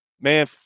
Man